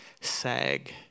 sag